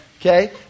okay